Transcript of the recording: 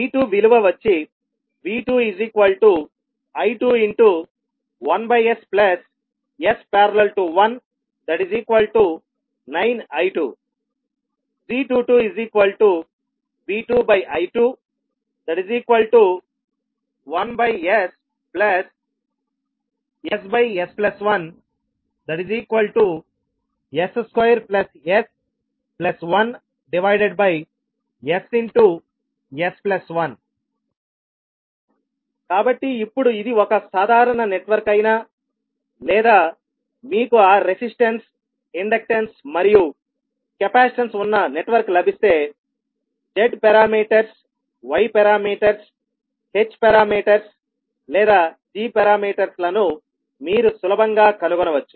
V2 విలువ వచ్చి V2I21ss||19I2 g22V2I21sss1s2s1ss1 కాబట్టి ఇప్పుడు ఇది ఒక సాధారణ నెట్వర్క్ అయినా లేదా మీకు ఆ రెసిస్టన్స్ ఇండక్టెన్స్ మరియు కెపాసిటెన్స్ ఉన్న నెట్వర్క్ లభిస్తేZ parameters y parameters h parameters లేదా g పారామీటర్స్ లను మీరు సులభంగా కనుగొనవచ్చు